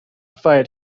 fight